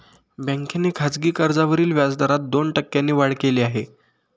बँकेने खासगी कर्जावरील व्याजदरात दोन टक्क्यांनी वाढ केली आहे